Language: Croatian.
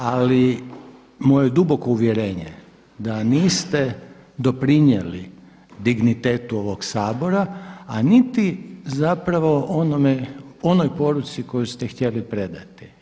Ali moje duboko uvjerenje da niste doprinijeli dignitetu ovog Sabora, a niti zapravo onoj poruci koju ste htjeli predati.